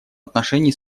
отношении